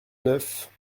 neuf